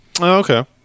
Okay